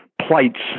plights